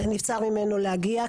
נבצר ממנו להגיע.